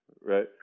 Right